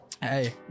Hey